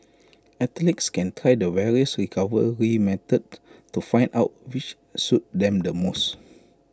athletes can try the various recovery methods to find out which suits them the most